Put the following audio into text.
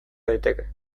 daiteke